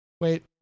Wait